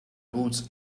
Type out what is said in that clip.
woods